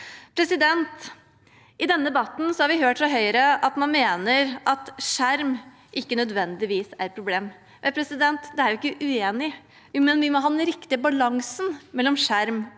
lever i. I denne debatten har vi hørt fra Høyre at man mener at skjerm ikke nødvendigvis er et problem. Det er jeg ikke uenig i, men vi må ha den riktige balansen mellom skjerm og bøker.